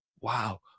wow